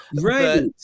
right